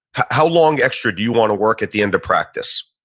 how long extra do you want to work at the end of practice?